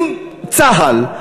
אם לצה"ל,